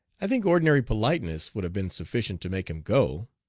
i think ordinary politeness would have been sufficient to make him go.